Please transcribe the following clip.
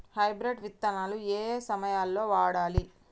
Hybrid విత్తనాలు ఏయే సమయాల్లో వాడాలి?